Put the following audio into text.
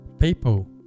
People